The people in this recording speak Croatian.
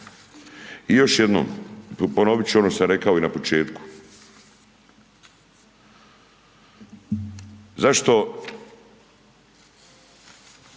O još jednom, ponovit ću ono što sam rekao i na početku. Zašto